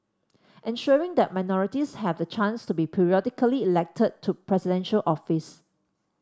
ensuring that minorities have the chance to be periodically elected to Presidential Office